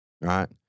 Right